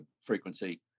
frequency